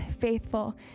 faithful